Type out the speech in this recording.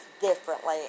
differently